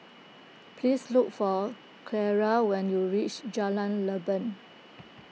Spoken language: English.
please look for Ciara when you reach Jalan Leban